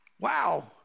Wow